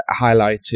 highlighted